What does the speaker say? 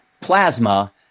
plasma